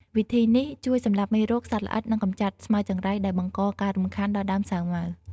វិធីនេះជួយសម្លាប់មេរោគ សត្វល្អិត និងកម្ចាត់ស្មៅចង្រៃដែលបង្កការរំខានដល់ដើមសាវម៉ាវ។